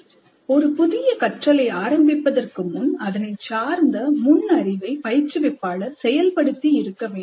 விமர்சனம் ஒரு புதிய கற்றலை ஆரம்பிப்பதற்கு முன் அதனை சார்ந்த முன் அறிவை பயிற்றுவிப்பாளர் செயல்படுத்தி இருக்க வேண்டும்